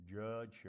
judge